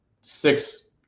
six